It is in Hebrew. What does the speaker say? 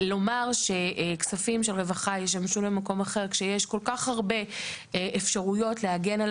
לומר שכספים של רווחה ישמשו למקום אחר כשיש כל כך הרבה אפשרויות להגן על